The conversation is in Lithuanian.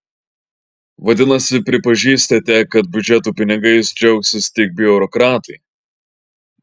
vadinasi pripažįstate kad biudžeto pinigais džiaugsis tik biurokratai